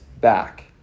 back